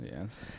Yes